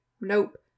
nope